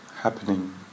happening